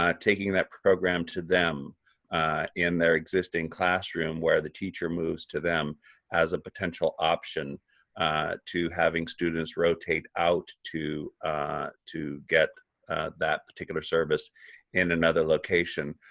um taking that program to them in their existing classroom where the teacher moves to them as a potential option to having students rotate out to to get that particular service in another location.